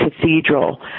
Cathedral